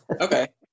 Okay